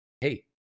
hey